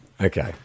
Okay